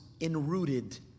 enrooted